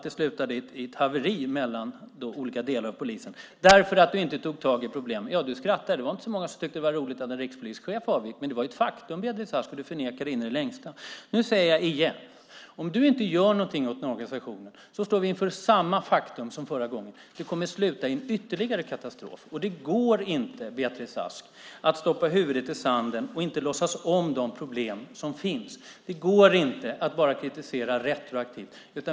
Det slutade i ett haveri mellan olika delar av polisen därför att du inte tog tag i problemen. Du skrattar. Det var inte så många som tyckte att det var roligt att en rikspolischef avgick, men det var ett faktum, Beatrice Ask, och du förnekade det in i det längsta. Nu säger jag igen: Om du inte gör någonting åt den här organisationen står vi inför samma faktum som förra gången. Det kommer att sluta i ytterligare en katastrof. Det går inte, Beatrice Ask, att stoppa huvudet i sanden och inte låtsas om de problem som finns. Det går inte att bara kritisera retroaktivt.